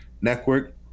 network